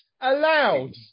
allowed